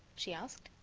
she asked.